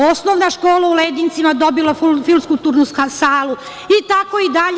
Osnovna škola u Ledincima dobila je fiskulturnu salu itd.